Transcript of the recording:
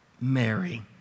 Mary